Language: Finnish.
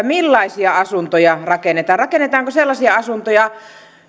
millaisia asuntoja rakennetaan rakennetaanko sellaisia asuntoja